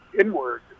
inward